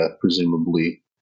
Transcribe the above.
presumably